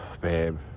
babe